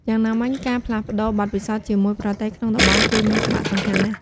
យ៉ាងណាមិញការផ្លាស់ប្ដូរបទពិសោធន៍ជាមួយប្រទេសក្នុងតំបន់គឺមានសារៈសំខាន់ណាស់។